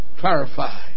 clarify